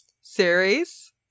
series